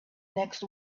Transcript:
next